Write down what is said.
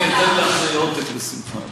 אני אתן לך עותק בשמחה.